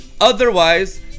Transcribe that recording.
Otherwise